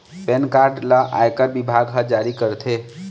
PAN card ल आयकर बिभाग ह जारी करथे